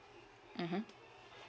mmhmm